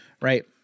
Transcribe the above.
right